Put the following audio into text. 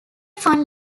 fund